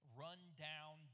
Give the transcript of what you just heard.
run-down